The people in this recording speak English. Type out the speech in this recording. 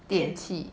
电